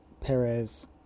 Perez